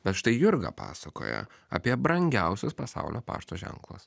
bet štai jurga pasakoja apie brangiausius pasaulio pašto ženklus